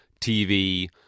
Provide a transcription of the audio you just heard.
TV